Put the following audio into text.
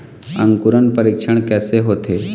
अंकुरण परीक्षण कैसे होथे?